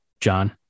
John